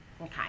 Okay